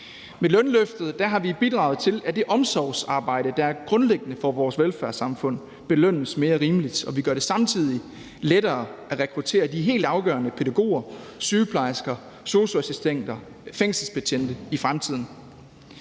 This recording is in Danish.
Med lønløftet har vi bidraget til, at det omsorgsarbejde, der er grundlæggende for vores velfærdssamfund, belønnes mere rimeligt, og vi gør det samtidig lettere at rekruttere de helt afgørende pædagoger, sygeplejersker, sosu-assistenter og fængselsbetjente i fremtiden.